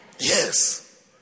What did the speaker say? Yes